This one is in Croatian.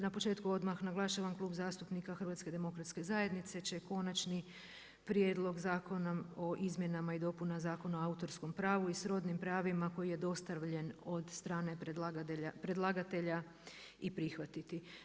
Na početku odmah naglašavam Klub zastupnika HDZ-a će Konačni prijedlog Zakona o izmjenama i dopunama Zakona o autorskom pravu i srodnim pravima koji je dostavljen od strane predlagatelja i prihvatiti.